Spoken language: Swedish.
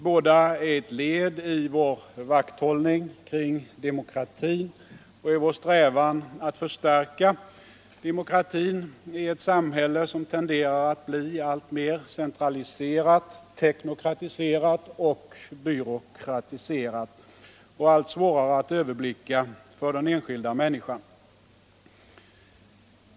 Båda är led i vår vakthållning kring demokratin och i vår strävan att förstärka demokratin i ett samhälle som tenderar att bli alltmer centraliserat, teknokratiserat och byråkratiserat och allt svårare att överblicka för den enskilda människan.